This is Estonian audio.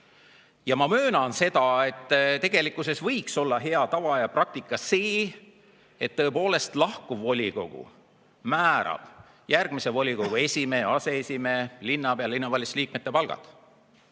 Ma möönan, et tegelikkuses võiks olla hea tava ja praktika see, et tõepoolest lahkuv volikogu määrab järgmise volikogu esimehe, aseesimehe, linnapea, linnavalitsuse liikmete palgad.